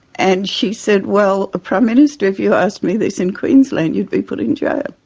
and she said, well prime minister, if you asked me this in queensland you'd be put in jail.